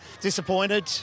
disappointed